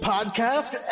Podcast